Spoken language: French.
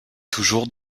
toujours